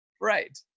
Right